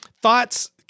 thoughts